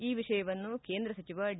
ಈ ವಿಷಯವನ್ನು ಕೇಂದ್ರ ಸಚಿವ ಡಿ